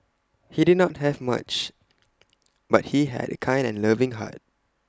he did not have much but he had A kind and loving heart